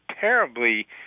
terribly